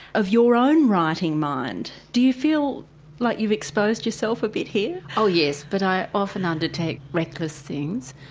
of your own writing mind do you feel like you've exposed yourself a bit here? oh yes, but i often undertake reckless things.